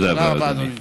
תודה רבה, אדוני.